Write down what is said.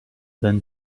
then